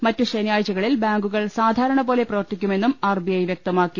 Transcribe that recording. മറ്റു ശനിയാഴ്ചകളിൽ ബാങ്കുകൾ സാധാരണപോലെ പ്രവർത്തിക്കുമെന്നും ആർ ബി ഐ വ്യക്തമാക്കി